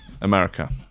America